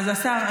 אז השר,